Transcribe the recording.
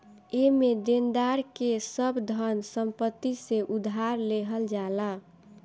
एमे देनदार के सब धन संपत्ति से उधार लेहल जाला